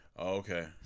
okay